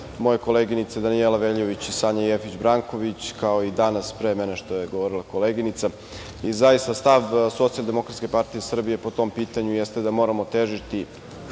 moje koleginice Danijela Veljović i Sanja Jefić Branković, kao i danas pre mene što je govorila koleginica. Zaista stav Socijaldemokratske partije Srbije po tom pitanju jeste da moramo težiti